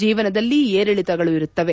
ಜೀವನದಲ್ಲಿ ಏರಿಳಿತಗಳು ಇರುತ್ತವೆ